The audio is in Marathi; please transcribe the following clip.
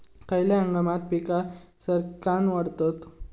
खयल्या हंगामात पीका सरक्कान वाढतत?